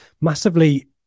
massively